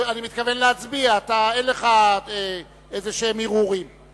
אני מתכוון להצביע, אין לך ערעורים כלשהם.